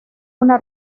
una